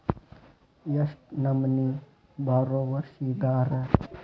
ಎಷ್ಟ್ ನಮನಿ ಬಾರೊವರ್ಸಿದಾರ?